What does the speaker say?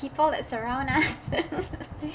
people that's around us